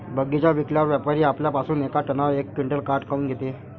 बगीचा विकल्यावर व्यापारी आपल्या पासुन येका टनावर यक क्विंटल काट काऊन घेते?